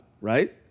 right